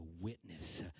witness